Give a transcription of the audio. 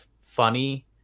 funny